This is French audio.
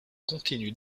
continu